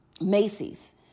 Macy's